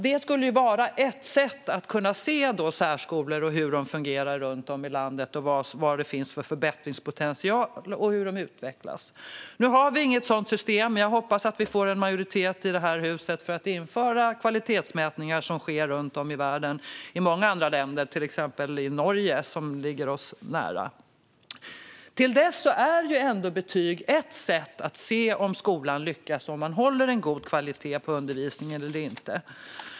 Detta skulle vara ett sätt att se hur särskolor fungerar runt om i landet, vilken förbättringspotential som finns och hur de utvecklas. Nu har vi inget sådant system, men jag hoppas att vi får en majoritet i det här huset för att införa kvalitetsmätningar av den typ som sker i många andra länder runt om i världen, till exempel i Norge, som ligger oss nära. Till dess är betyg ändå ett sätt att se om skolan lyckas och om man håller en god kvalitet på undervisningen eller inte.